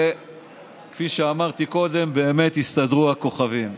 וכפי שאמרתי קודם, באמת הסתדרו הכוכבים.